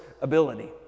ability